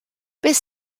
beth